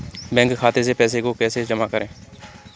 Bank खाते से पैसे को कैसे जमा करें?